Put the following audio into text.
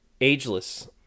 ageless